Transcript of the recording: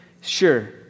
Sure